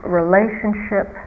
relationship